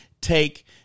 take